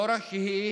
לא רק שהיא